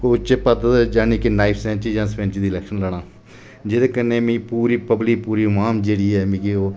उच्च पद ते जानि कि पैंच जां नायब सरपैंची दी इलैक्शन लड़ां जेह्दे कन्नै मिगी पूरी पब्लिक पूरी अवाम जेह्ड़ी ऐ मिगी ओह्